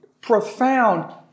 profound